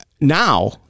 now